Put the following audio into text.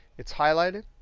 it's highlighted.